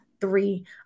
three